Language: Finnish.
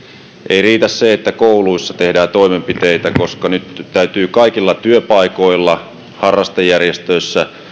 ei riitä se että kouluissa tehdään toimenpiteitä koska nyt täytyy kaikilla työpaikoilla harrastejärjestöissä